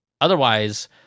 Otherwise